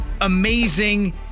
amazing